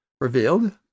revealed